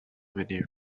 many